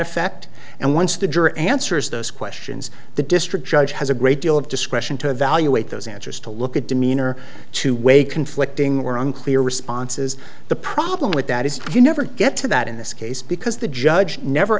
juror answers those questions the district judge has a great deal of discretion to evaluate those answers to look at demeanor to weigh conflicting were unclear responses the problem with that is you never get to that in this case because the judge never